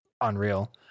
unreal